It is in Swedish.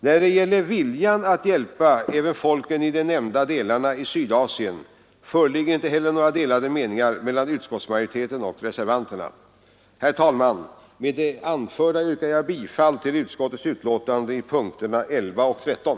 När det gäller viljan att hjälpa även folken i de nämnda delarna av Sydasien föreligger inte några delade meningar mellan utskottsmajoriteten och reservanterna. Herr talman! Med det anförda yrkar jag bifall till utskottets hemställan under punkterna 11 och 13.